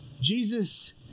Jesus